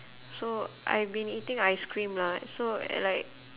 so I've been eating ice cream lah so like